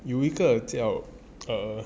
有一个叫 err